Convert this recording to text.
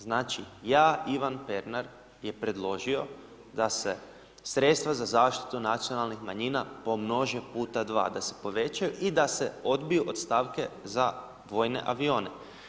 Znači, ja, Ivan Pernar je preložio da se sredstva za zaštitu nacionalnih manjina pomnože puta dva, da se povećaju i da se odbiju od stavke za vojne avione.